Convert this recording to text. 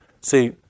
See